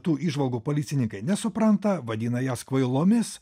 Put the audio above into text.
tų įžvalgų policininkai nesupranta vadina jas kvailomis